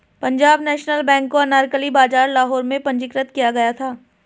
Punjab National Bank को अनारकली बाजार लाहौर में पंजीकृत किया गया था